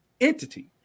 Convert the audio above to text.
entity